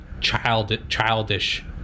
childish